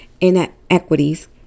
inequities